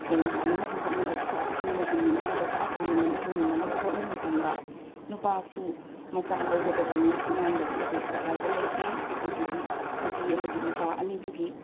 ꯁꯦꯜ ꯇꯥꯟꯅꯅꯕ ꯍꯣꯠꯅꯅꯔꯛꯄ ꯄꯨꯟꯅ ꯍꯤꯡꯃꯤꯟꯅꯅꯕ ꯚꯥꯞ ꯇꯥꯃꯤꯟꯅꯅ ꯍꯤꯡꯃꯤꯟꯅꯅꯕ ꯍꯣꯠꯅꯕ ꯃꯇꯝꯗ ꯅꯨꯄꯥꯁꯨ ꯃꯆꯥ ꯂꯧꯒꯗꯕꯅꯤ ꯑꯉꯥꯡ ꯂꯧꯕꯗ ꯀꯔꯤꯁꯨ ꯑꯀꯥꯏꯕ ꯂꯩꯇꯦ ꯃꯁꯤꯗꯤ ꯅꯨꯄꯤ ꯑꯃꯗꯤ ꯅꯨꯄꯥ ꯑꯅꯤꯗꯨꯒꯤ